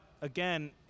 again